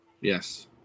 Yes